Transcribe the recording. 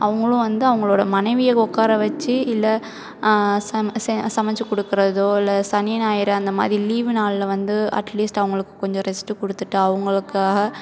அவங்களும் வந்து அவங்களோட மனைவியை உக்கார வெச்சு இல்லை சமைச்சி கொடுக்குறதோ இல்லை சனி ஞாயிறு அந்த மாதிரி லீவு நாளில் வந்து அட்லீஸ்ட் அவங்களுக்கு கொஞ்சம் ரெஸ்ட்டு கொடுத்துட்டு அவங்களுக்காக